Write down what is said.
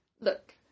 look